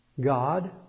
God